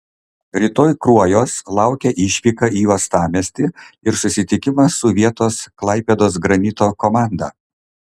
rytoj kruojos laukia išvyka į uostamiestį ir susitikimas su vietos klaipėdos granito komanda